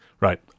Right